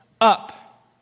up